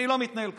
אני לא מתנהל ככה.